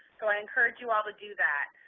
so i encourage you all to do that.